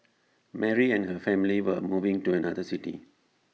Mary and her family were moving to another city